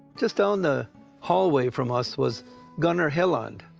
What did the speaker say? just down the hallway from us was gunnar helland.